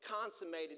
consummated